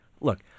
Look